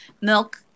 Milk